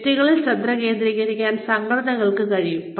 വ്യക്തികളിൽ ശ്രദ്ധ കേന്ദ്രീകരിക്കാൻ സംഘടനകൾക്ക് കഴിയും